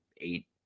eight